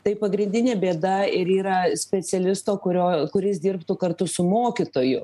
tai pagrindinė bėda ir yra specialisto kurio kuris dirbtų kartu su mokytoju